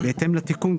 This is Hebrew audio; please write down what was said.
בהתאם לתיקון,